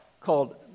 called